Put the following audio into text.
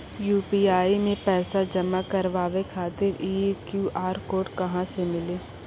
UPI मे पैसा जमा कारवावे खातिर ई क्यू.आर कोड कहां से मिली?